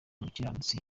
umukiranutsi